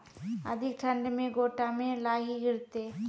अधिक ठंड मे गोटा मे लाही गिरते?